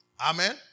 Amen